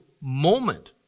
moment